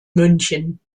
münchen